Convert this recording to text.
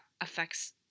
affects